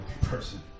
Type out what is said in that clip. person